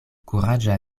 kuraĝa